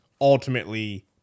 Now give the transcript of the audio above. ultimately